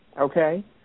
okay